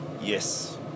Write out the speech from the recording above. Yes